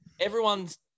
everyone's